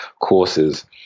courses